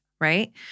right